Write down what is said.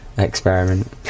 experiment